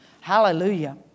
Hallelujah